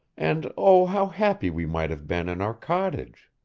and oh how happy we might have been in our cottage